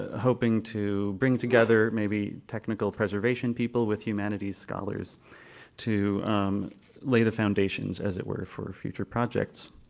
ah hoping to bring together maybe technical preservation people with humanities scholars to lay the foundations as it were for future projects.